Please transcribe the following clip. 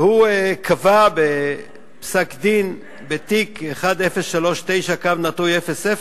והוא קבע, בפסק-דין בתיק 1039/00,